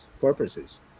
purposes